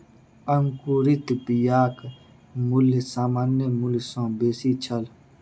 अंकुरित बियाक मूल्य सामान्य मूल्य सॅ बेसी छल